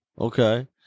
Okay